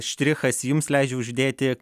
štrichas jums leidžiu uždėti